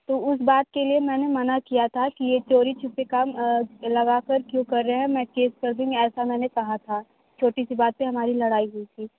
तो उस बात के लिए मैंने मना किया था कि यह चोरी छुपे काम अ लगा कर क्यों कर रहे है मैं केस कर दूँगी ऐसा मैंने कहाँ था छोटी सी बात पे हमारी लड़ाई हुई थी